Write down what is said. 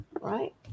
right